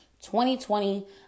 2020